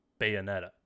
Bayonetta